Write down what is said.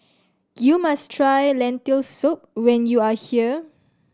you must try Lentil Soup when you are here